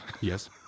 Yes